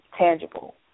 tangible